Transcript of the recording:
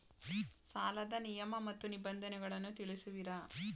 ಸಾಲದ ನಿಯಮ ಮತ್ತು ನಿಬಂಧನೆಗಳನ್ನು ತಿಳಿಸುವಿರಾ?